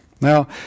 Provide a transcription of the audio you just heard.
Now